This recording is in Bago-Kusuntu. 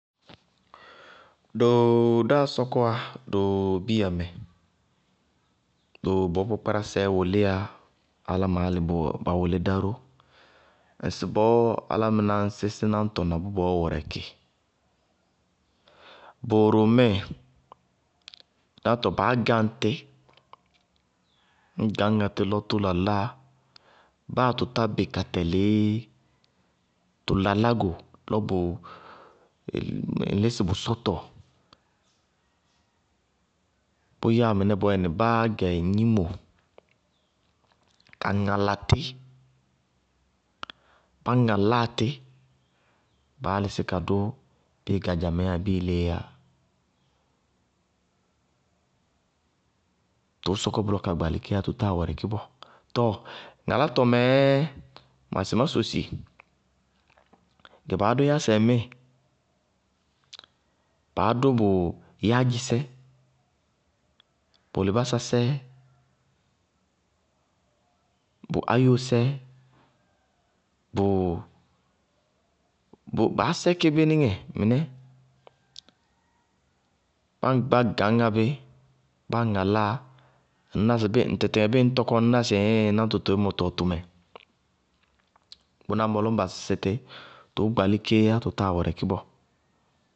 Doo dáá sɔkɔwá doo bíya mɛ, bɔɔ kpákpárásɛ wuliyá áláma lɔ ba wʋlí dá ró, ŋsɩbɔɔ álámɩná ñ sísí náñtɔ na bʋ bɔɔ wɛrɛkɩ, bʋʋrʋ ŋmɩɩ náŋtɔ baá gáŋ tí ñ gañŋá tí lɔ tʋ laláa, báa tʋ tá bɩ ka tɛlɩí, tʋ lalá go, lɔ bʋ ŋ lísɩ bʋ sɔtɔ. Bʋyáa mɩnɛ bɔɔyɛnɩ, báá gɛ gnimo ka ŋala tí, bá ŋaláa tí, báá lísí ka dʋ bíɩ gadza mɛɛ yáa bíɩ léé yáa, tʋʋ sɔkɔ bʋlɔ ka gbalɩ kéé yá, tʋ táa wɛrɛkɩ bɔɔ. Tɔɔ ŋarátɔ mɛɛ, masɩ má sosi, gɛ baá dʋ yásɛ bʋmɛ ŋmɩɩ, baá dʋ bʋ yáádzisɛ, bʋʋ lɩbásasɛ, bʋ áyosɛ, bʋ baá sɛkɩ bí níŋɛ mɩnɛ, bá gañŋá bí, bá ŋaláa, ŋñná sɩ ŋtɩtɩŋɛ bíɩ ŋñ tɔkɔ, ŋtɩtɩŋɛ ŋñná sɩ ɩɩŋŋ náŋtɔ toémɔɔ tɔwɛ tʋmɛ. Bʋná ñŋ ba sísɩ tí, tʋʋ gbalí kéé yá, tʋ táa wɛrɛkɩ bɔɔ.